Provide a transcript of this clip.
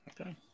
okay